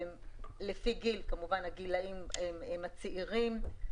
הגילאים הם כמובן צעירים,